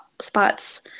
spots